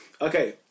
Okay